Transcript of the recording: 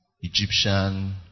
Egyptian